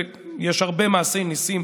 ויש הרבה מעשי ניסים